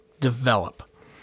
develop